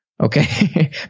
okay